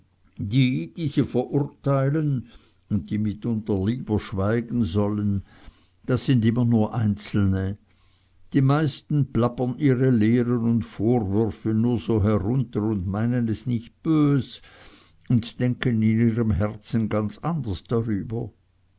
die die sie verurteilen und die mitunter lieber schweigen sollten das sind immer nur einzelne die meisten plappern ihre lehren und vorwürfe nur so herunter und meinen es nicht bös und denken in ihrem herzen ganz anders darüber